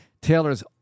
Taylor's